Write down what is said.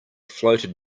floated